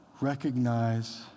recognize